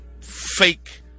fake